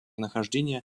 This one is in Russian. нахождения